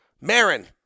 Marin